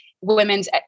women's